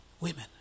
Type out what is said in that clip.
women